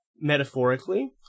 metaphorically